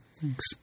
Thanks